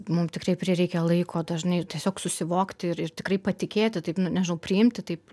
mum tikrai prireikia laiko dažnai tiesiog susivokti ir ir tikrai patikėti taip nu nežinau priimti taip